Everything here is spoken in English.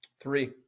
Three